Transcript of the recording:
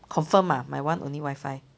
confirm ah my one only wifi